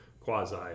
quasi